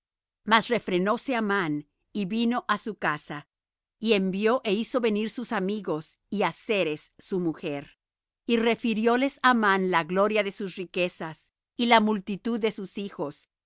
mas refrenóse amán y vino á su casa y envió é hizo venir sus amigos y á zeres su mujer y refirióles amán la gloria de sus riquezas y la multitud de sus hijos